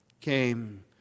Came